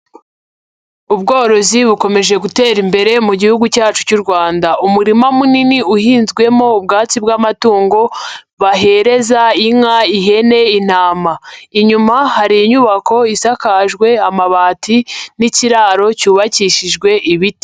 Ubworozi bukomeje gutera imbere mu Gihugu cyacu cy'u Rwanda. Umurima munini uhinzwemo ubwatsi bw'amatungo bahereza inka, ihene, intama. Inyuma hari inyubako isakajwe amabati n'ikiraro cyubakishijwe ibiti.